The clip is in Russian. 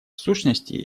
сущности